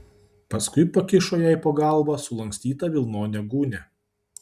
paskui pakišo jai po galva sulankstytą vilnonę gūnią